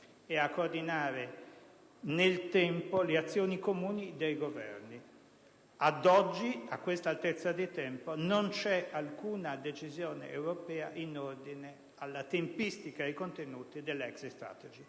è a coordinare nel tempo le azioni comuni dei Governi. Ad oggi, a questa altezza di tempo, non c'è alcuna decisione europea in ordine alla tempistica e ai contenuti dell'*exit strategy*.